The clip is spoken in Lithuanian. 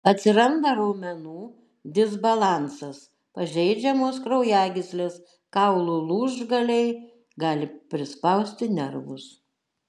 atsiranda raumenų disbalansas pažeidžiamos kraujagyslės kaulų lūžgaliai gali prispausti nervus